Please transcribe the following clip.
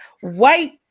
White